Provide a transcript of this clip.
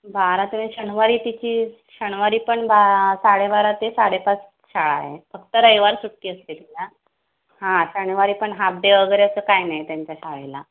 बारा तर शनिवारी तिची शनिवारी पण बा साडेबारा ते साडेपाच शाळा आहे फक्त रविवार सुट्टी असते तिला हां शनिवारी पण हाफ डे वगैरे असं काय नाही त्यांच्या शाळेला